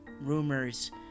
rumors